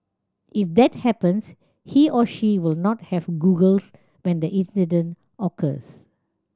if that happens he or she will not have goggles when the incident occurs